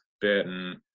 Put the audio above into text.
Burton